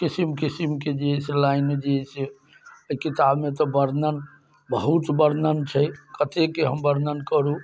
किसिम किसिमके जे है से लाइन जे है से अइ किताबमे तऽ वर्णन बहुत वर्णन छै कतेके हम वर्णन करू